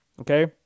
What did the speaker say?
okay